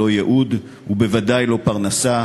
לא ייעוד ובוודאי לא פרנסה,